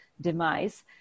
demise